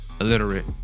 Illiterate